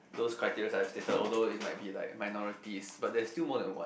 those criteria I have stated although it might be like minorities but they are still more than one